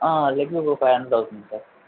లెగ్కు five hundred అవుతుంది sir